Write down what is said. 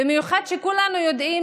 במיוחד כשכולנו יודעים